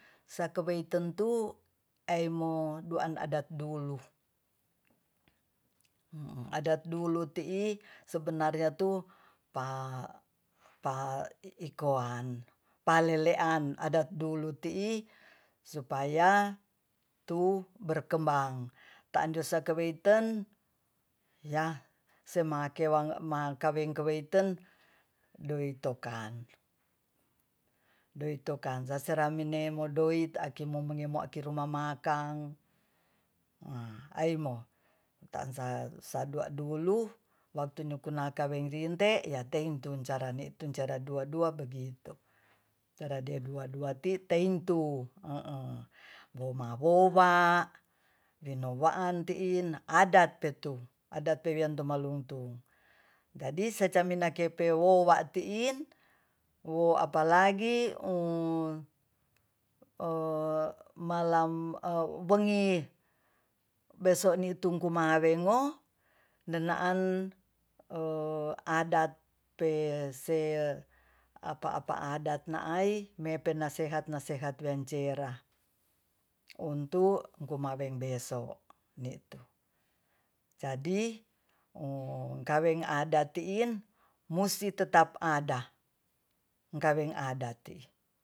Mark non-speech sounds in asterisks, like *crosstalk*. Sakoboitentu aimo duan adat dulu adat dulu tii sebenarnya tuh pa paikowan palelean adat dulu tii supaya tu berkmebang taande saka weiten yah semangke mangke wengke weiten doi tokan- sasarimedoid akimo-akimo ngemo rumah makang a aimo taansa sadua dulu waktunyu kunakan werinte yateintu carane cara dua-dua begitu carade dua-dua ti teingtu ha a momawowa yeno waan tiin adat petu adat pewian tumaluntung jadi secaminakepewoa tiin wo apalagi *hesitation* malam *hesitation* wengi beso ni tungkuma wengo nenaan *hesitation* adat pe se apa-apa adat naai mepenasehat-nasehat wencera untuk kumaweng beso nitu jadi *hesitation* kaweng adat tiin musti tetap ada kaweng adat ti